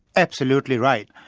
absolutely right.